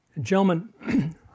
Gentlemen